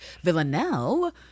Villanelle